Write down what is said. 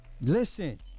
listen